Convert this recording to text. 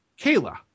Kayla